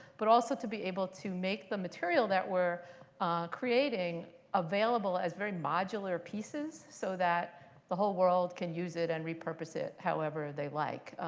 but also to be able to make the material that we're creating available as very modular pieces so that the whole world can use it and repurpose it however they like,